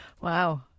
Wow